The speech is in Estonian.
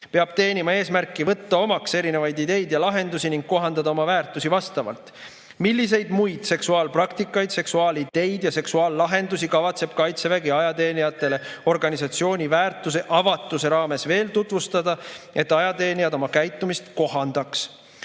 peab teenima eesmärki võtta omaks erinevaid ideid ja lahendusi ning kohandada oma väärtusi vastavalt? Milliseid muid seksuaalpraktikaid, seksuaalideid ja seksuaallahendusi kavatseb Kaitsevägi ajateenijatele organisatsiooni väärtuste "avatuse" raames veel tutvustada, et ajateenijad oma käitumist kohandaks?